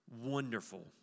wonderful